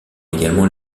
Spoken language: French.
également